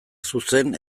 zuzen